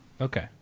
okay